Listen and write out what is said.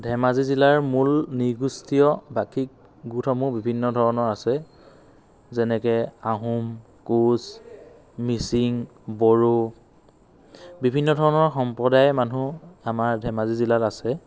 ধেমাজি জিলাৰ মূল নৃ গোষ্ঠীয় ভাষিক গোটসমূহ বিভিন্ন ধৰণৰ আছে যেনেকৈ আহোম কোচ মিচিং বড়ো বিভিন্ন ধৰণৰ সম্প্ৰদায়ৰ মানুহ আমাৰ ধেমাজি জিলাত আছে